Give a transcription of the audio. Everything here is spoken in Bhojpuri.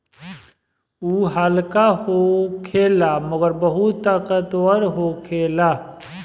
उ हल्का होखेला मगर बहुत ताकतवर होखेला